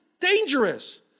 dangerous